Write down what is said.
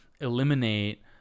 eliminate